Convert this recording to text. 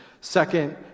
Second